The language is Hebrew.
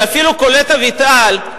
שאפילו קולט אביטל,